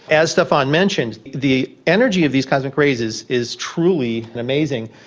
as stefan mentioned, the energy of these cosmic rays is is truly and amazing.